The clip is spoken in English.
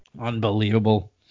Unbelievable